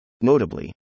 Notably